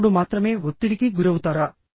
మానవుడు మాత్రమే ఒత్తిడికి గురవుతారా